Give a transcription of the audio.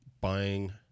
buying